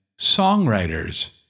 songwriters